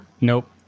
Nope